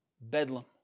Bedlam